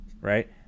right